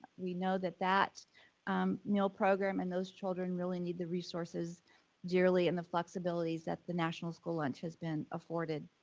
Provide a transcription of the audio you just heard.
we know that that meal program and those children really need the resources dearly and the flexibilities that the national school lunch has been afforded.